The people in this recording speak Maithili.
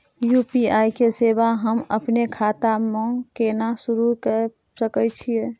यु.पी.आई के सेवा हम अपने खाता म केना सुरू के सके छियै?